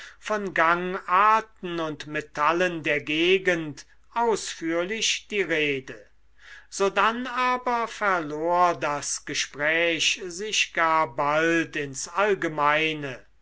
von gangarten und metallen der gegend ausführlich die rede sodann aber verlor das gespräch sich gar bald ins allgemeine